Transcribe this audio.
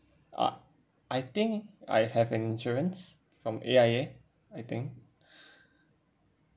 uh I think I have an insurance from A_I_A I think